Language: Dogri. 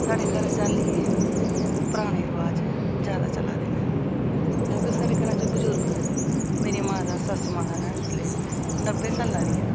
साढ़े घर च हल्ली पराने रवाज जादा चला दे न क्योंकि साढ़े घरै च ओह् बजुर्ग न मेरे माता सस्स माता न इसलै नब्बे साला दियां न